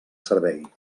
servei